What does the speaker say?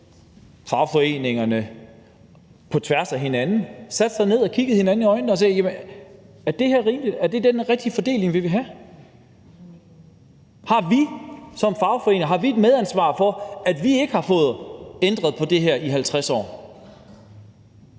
fagforeningerne på tværs satte sig ned og kiggede hinanden i øjnene og sagde: Er det her rimeligt, er det den rigtige fordeling, og er det den, vi vil have; har vi som fagforening et medansvar for, at vi ikke har fået ændret det i 50 år?